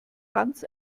ganz